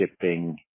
shipping